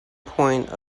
point